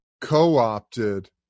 co-opted